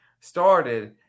started